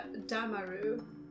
damaru